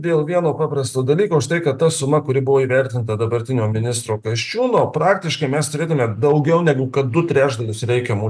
dėl vieno paprasto dalyko užtai kad ta suma kuri buvo įvertinta dabartinio ministro kasčiūno praktiškai mes turėtume daugiau negu kad du trečdalius reikiamų